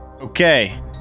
Okay